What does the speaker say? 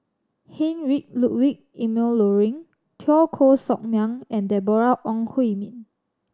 Heinrich Ludwig Emil Luering Teo Koh Sock Miang and Deborah Ong Hui Min